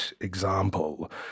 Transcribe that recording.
example